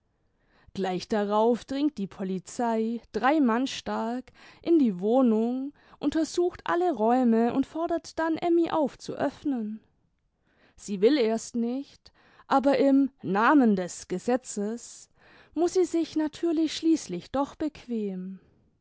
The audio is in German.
gleich darauf dringt die polizei drei mann stark in die wohnung untersucht alle räume und fordert dann emmy auf zu öffnen sie will erst nicht aber im namen des gesetzes muß sie sich natürlich schließlich doch bequemen